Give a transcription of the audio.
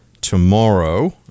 tomorrow